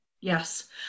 Yes